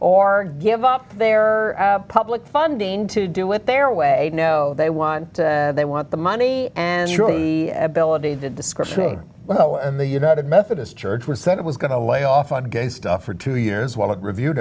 or give up their public funding to do it their way no they want they want the money and the ability to discriminate well and the united methodist church which said it was going to lay off on gay stuff for two years while it reviewed